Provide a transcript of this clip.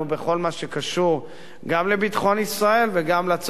גם לביטחון ישראל וגם לצורך להגיע להסדר מדיני.